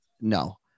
No